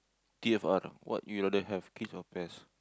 T_F_R what do you rather have kids or pets